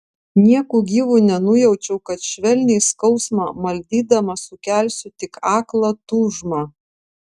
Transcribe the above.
nieku gyvu nenujaučiau kad švelniai skausmą maldydama sukelsiu tik aklą tūžmą